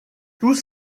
tous